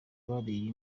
bariye